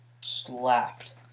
Slapped